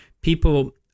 people